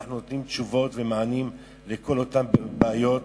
אנחנו נותנים תשובות ומענים לכל אותן בעיות,